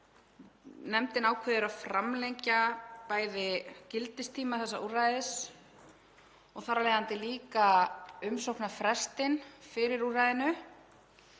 nefndin ákveður að framlengja gildistíma þessa úrræðis og þar af leiðandi líka umsóknarfrestinn fyrir úrræðið;